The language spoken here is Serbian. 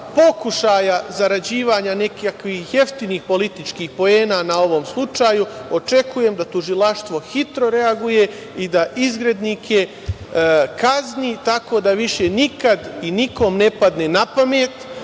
pokušaja zarađivanja nekakvih jeftinih političkih poena na ovom slučaju, očekujem da tužilaštvo hitro reaguje i da izgrednike kazni, tako da više nikad i nikom ne padne napamet,